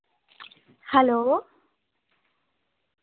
hello